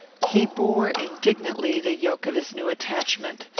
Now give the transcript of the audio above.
he bore indignantly the yoke of his new attachment,